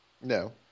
No